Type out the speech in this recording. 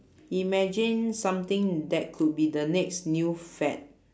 imagine something that could be the next new fad